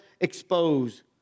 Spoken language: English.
expose